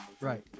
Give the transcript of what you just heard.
right